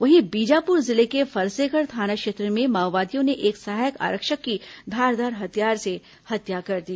वहीं बीजापुर जिले के फरसेगढ़ थाना क्षेत्र में माओवादियों ने एक सहायक आरक्षक की धारदार हथियार से हत्या कर दी